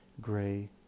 gray